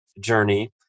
journey